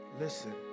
Listen